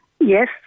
Yes